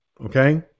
Okay